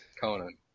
Conan